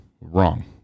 wrong